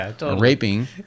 raping